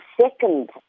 second